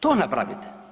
To napravite.